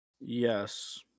Yes